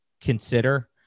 consider